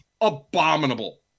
abominable